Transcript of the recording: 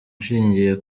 nshingiye